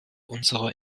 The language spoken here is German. unserer